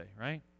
right